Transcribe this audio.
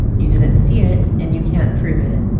you didn't see it and you can't prove it.